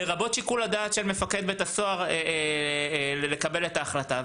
לרבות שיקול הדעת של מפקד בית הסוהר לקבל את ההחלטה.